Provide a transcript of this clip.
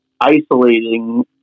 isolating